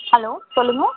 hello சொல்லுங்கள்